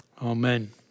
Amen